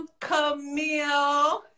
Camille